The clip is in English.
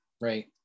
right